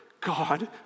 God